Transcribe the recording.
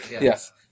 Yes